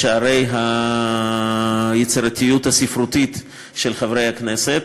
שערי היצירתיות הספרותית של חברי הכנסת.